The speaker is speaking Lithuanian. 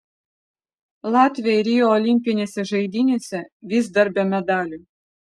latviai rio olimpinėse žaidynėse vis dar be medalių